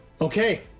Okay